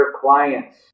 clients